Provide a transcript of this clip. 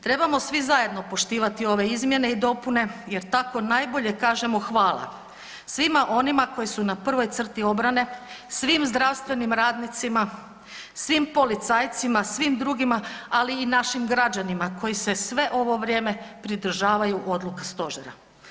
Trebamo svi zajedno poštivati ove izmjene i dopune jer tako najbolje kažemo hvala svima onima koji su na prvoj crti obrane, svim zdravstvenim radnicima, svim policajcima, svim drugima, ali i našim građanima koji se sve ovo vrijeme pridržavaju odluka stožera.